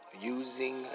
Using